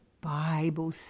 Bible